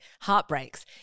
heartbreaks